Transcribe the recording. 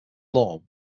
lawn